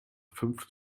fünf